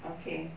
okay